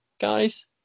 guys